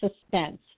suspense